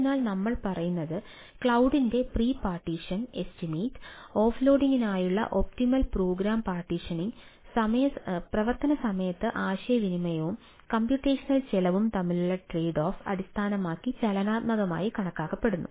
അതിനാൽ നമ്മൾ പറയുന്നത് കാര്യത്തിന്റെ പ്രീ പാർട്ടീഷൻ അടിസ്ഥാനമാക്കി ചലനാത്മകമായി കണക്കാക്കുന്നു